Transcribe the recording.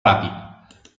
ràpid